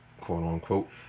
quote-unquote